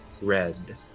red